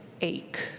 ache